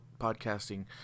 podcasting